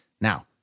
now